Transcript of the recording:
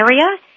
area